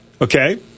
okay